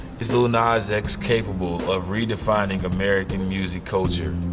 is lil nas x capable of redefining american music culture?